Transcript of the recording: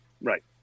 Right